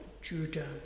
Judah